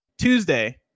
tuesday